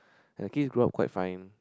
and the kids grew up quite fine